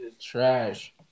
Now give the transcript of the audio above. Trash